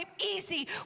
easy